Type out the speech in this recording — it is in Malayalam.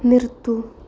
നിർത്തൂ